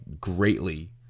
greatly